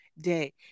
day